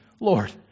Lord